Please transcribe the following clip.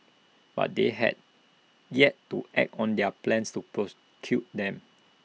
but they had yet to act on their plans to them